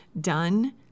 done